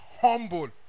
humble